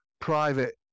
private